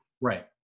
Right